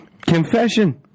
Confession